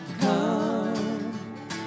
come